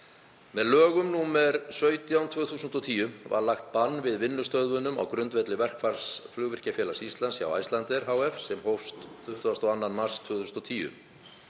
Með lögum nr. 17/2010 var lagt bann við vinnustöðvunum á grundvelli verkfalls Flugvirkjafélags Íslands hjá Icelandair hf. sem hófst 22. mars 2010.